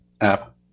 app